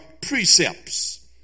precepts